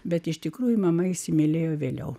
bet iš tikrųjų mama įsimylėjo vėliau